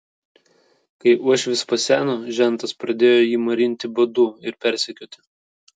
kai uošvis paseno žentas pradėjo jį marinti badu ir persekioti